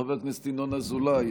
חבר הכנסת ינון אזולאי,